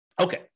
Okay